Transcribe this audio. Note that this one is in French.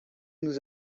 nous